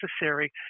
necessary